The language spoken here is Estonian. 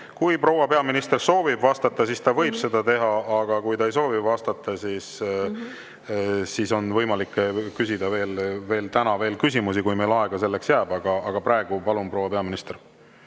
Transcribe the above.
Kui proua peaminister soovib vastata, siis ta võib seda teha, aga kui ta ei soovi vastata, siis on võimalik küsida täna veel küsimusi, kui meil selleks aega jääb. Aga praegu palun, proua peaminister!